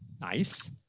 Nice